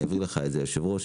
אני אעביר לך את זה היו"ר,